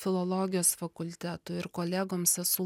filologijos fakultetui ir kolegoms esu